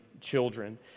children